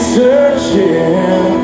searching